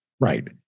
Right